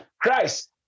Christ